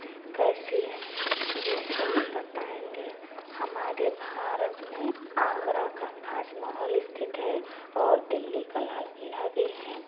कैसी है यह सब बताएँगे हमारे भारत में आगरा का ताजमहल स्थित है और दिल्ली का लाल किला भी है